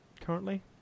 currently